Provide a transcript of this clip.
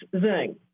Zing